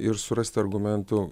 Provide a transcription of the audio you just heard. ir surasti argumentų